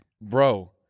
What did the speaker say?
bro